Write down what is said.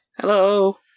Hello